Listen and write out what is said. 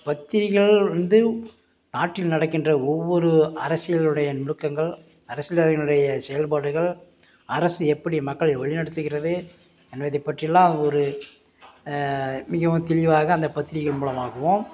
பத்திரிக்கைகள் வந்து நாட்டில் நடக்கின்ற ஒவ்வொரு அரசியலுடைய நுணுக்கங்கள் அரசியல் அவையினுடைய செயல்பாடுகள் அரசு எப்படி மக்களை வலிநடத்துகிறது என்பதை பற்றியெலாம் ஒரு மிகவும் தெளிவாக அந்த பத்திரிக்கைகள் மூலமாகவும்